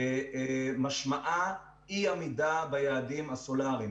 משמעה אי-עמידה ביעדים הסולאריים,